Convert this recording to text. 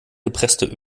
gepresste